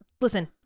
Listen